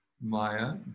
maya